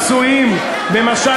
לפצועים,